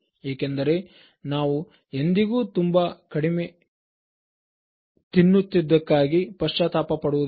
ಏಕೆಂದರೆ ನಾವು ಎಂದಿಗೂ ತುಂಬಾ ಕಡಿಮೆ ತಿನ್ನುತ್ತಿದ್ದಕ್ಕಾಗಿ ಪಶ್ಚಾತ್ತಾಪ ಪಡುವುದಿಲ್ಲ